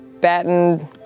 batten